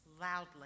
loudly